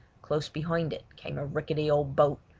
close behind it came a rickety old boat,